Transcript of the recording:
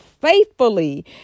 faithfully